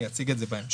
אני אציג את זה בהמשך.